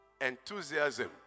Enthusiasm